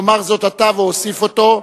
יאמר זאת עתה ואוסיף אותו.